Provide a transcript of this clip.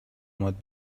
اومد